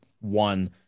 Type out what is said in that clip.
one